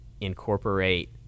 incorporate